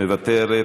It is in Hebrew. מוותרת,